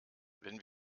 wenn